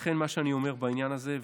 לכן מה שאני אומר בעניין הזה,